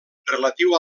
relatiu